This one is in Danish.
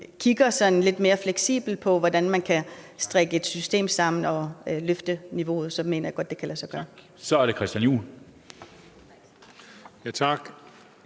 kigger sådan lidt mere fleksibelt på, hvordan man kan strikke et system sammen og løfte niveauet, så mener jeg godt, det kan lade sig gøre. Kl. 20:16 Første næstformand